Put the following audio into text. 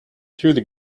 through